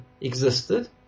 existed